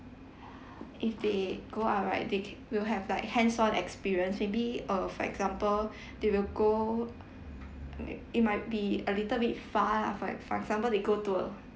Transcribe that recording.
if they go out right they ca~ will have like hands on experience maybe uh for example they will go it it might be a little bit far lah for for example they go to